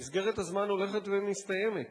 מסגרת הזמן הולכת ומסתיימת.